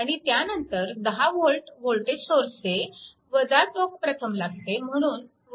आणि त्यानंतर 10V voltage सोर्सचे टोक प्रथम लागते म्हणून 10